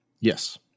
Yes